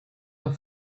amb